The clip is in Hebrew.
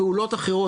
פעולות אחרות.